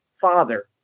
father